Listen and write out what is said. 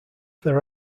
their